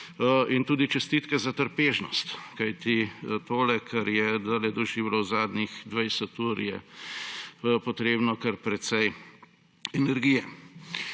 in tudi čestitke za trpežnost. Kajti za tole, kar je doživljal zadnjih 20 ur, je potrebne kar precej energije.